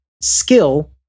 skill